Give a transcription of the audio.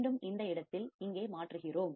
மீண்டும் இந்த இடத்தில் இங்கே மாற்றுகிறோம்